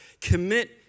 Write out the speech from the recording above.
commit